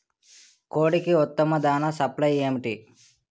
కోడికి ఉత్తమ దాణ సప్లై ఏమిటి?